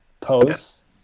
posts